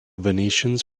venetians